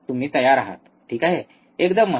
तुम्ही तयार आहात ठीक आहे एकदम मस्त